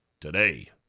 today